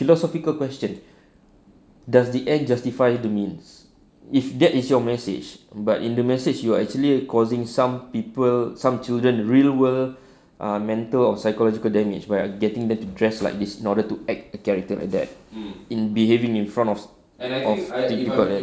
philosophical question does the end justify the means if that is your message but in the message you are actually causing some people some children real world ah mental or psychological damage by getting to dress like this in order to act a character like that in behaving in front of T_V people